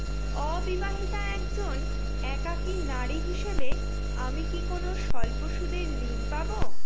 অবিবাহিতা একজন একাকী নারী হিসেবে আমি কি কোনো স্বল্প সুদের ঋণ পাব?